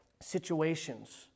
situations